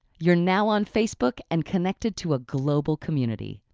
you're now on facebook and connected to a global community.